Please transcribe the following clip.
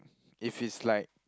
if it's like